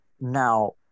Now